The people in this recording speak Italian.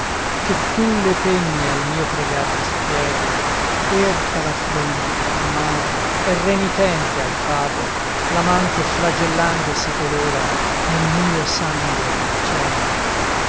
che tu le penne al mio pregar dispieghi erta la fronte armato e renitente al fato la man che flagellando si colora nel mio sangue innocente